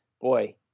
boy